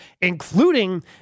including